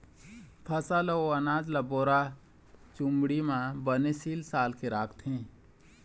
फसल अउ अनाज ल बोरा, चुमड़ी म बने सील साल के राखथे